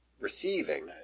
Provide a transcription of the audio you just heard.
receiving